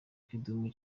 kidum